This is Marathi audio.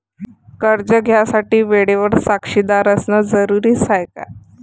कर्ज घ्यायच्या वेळेले साक्षीदार असनं जरुरीच हाय का?